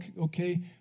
okay